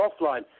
offline